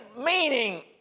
meaning